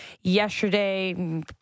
Yesterday